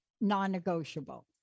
non-negotiable